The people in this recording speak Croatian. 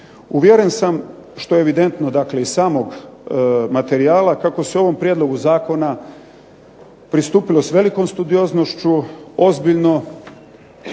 Uvjeren sam što je evidentno iz samog materijala kako se u ovom prijedlogu zakona pristupilo s velikom studioznošću, ozbiljno